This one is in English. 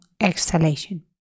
exhalation